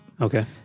okay